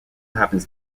happens